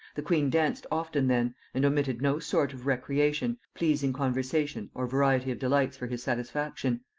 the queen danced often then, and omitted no sort of recreation, pleasing conversation, or variety of delights for his satisfaction.